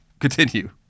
continue